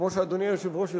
כמו שאדוני היושב-ראש יודע,